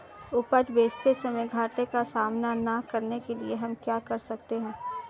उपज बेचते समय घाटे का सामना न करने के लिए हम क्या कर सकते हैं?